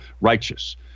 Righteous